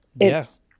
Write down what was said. Yes